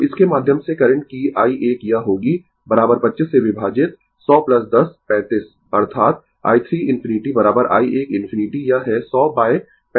तो इसके माध्यम से करंट कि i 1 यह होगी 25 से विभाजित 100 10 35 अर्थात i 3 ∞ i 1 ∞ यह है 100 बाय 35 एम्पीयर